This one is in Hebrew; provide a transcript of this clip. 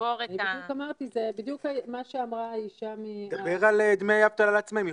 זה בדיוק מה שאמרה האישה --- דבר על דמי אבטלה לעצמאים,